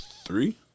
Three